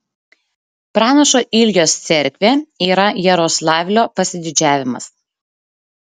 pranašo iljos cerkvė yra jaroslavlio pasididžiavimas